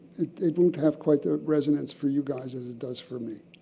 it won't have quite the resonance for your guys as it does for me.